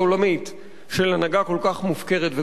של הנהגה כל כך מופקרת וכל כך הרפתקנית.